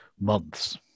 months